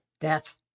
Death